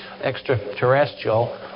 extraterrestrial